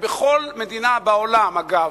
בכל מדינה בעולם, אגב,